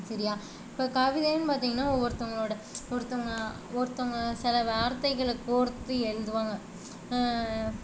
சரியா இப்போ கவிதைன்ணு பார்த்திங்கன்னா ஒவ்வொருத்தவங்களோட ஒருத்தவங்க ஒருத்தவங்க சில வார்த்தைகளை கோர்த்து எழுதுவாங்க